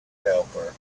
helper